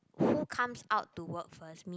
who comes out to work first mean